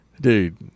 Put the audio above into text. dude